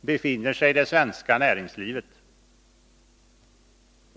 befinner sig det svenska näringslivet.